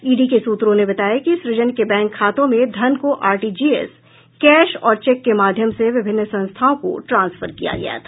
ED के सूत्रों ने बताया कि सृजन के बैंक खातों में धन को आरटीजीएस कैश और चेक के माध्यम से विभिन्न संस्थानों को ट्रांसफर किया गया था